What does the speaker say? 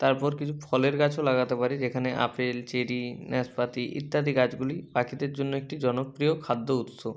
তারপর কিছু ফলের গাছও লাগাতে পারি যেখানে আপেল চেরি ন্যাসপাতি ইত্যাদি গাছগুলি পাখিদের জন্য একটি জনপ্রিয় খাদ্য উৎস